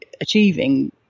achieving